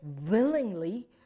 willingly